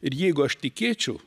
ir jeigu aš tikėčiau